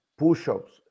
Push-ups